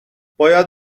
باید